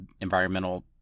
environmental